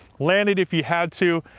land it if you had to.